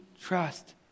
trust